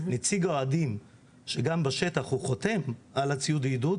נציג האוהדים שגם בשטח הוא חותם על ציוד העידוד,